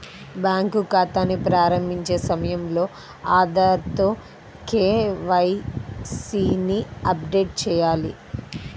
bank ఖాతాని ప్రారంభించే సమయంలో ఆధార్ తో కే.వై.సీ ని అప్డేట్ చేయాలి